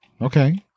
Okay